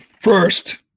first